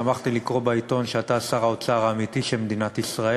שמחתי לקרוא בעיתון שאתה שר האוצר האמיתי של מדינת ישראל,